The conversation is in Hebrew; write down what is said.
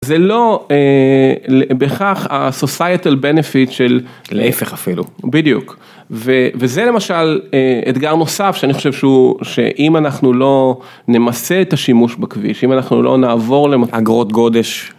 זה לא בכך ה-societal benefit של להיפך אפילו, בדיוק וזה למשל אתגר נוסף שאני חושב שהוא, שאם אנחנו לא נמסה את השימוש בכביש, אם אנחנו לא נעבור לאגרות גודש.